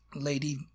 Lady